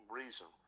reason